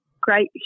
great